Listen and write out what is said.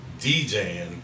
DJing